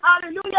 hallelujah